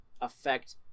affect